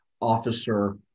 officer